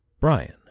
Brian